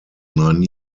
nine